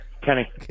kenny